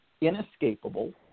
inescapable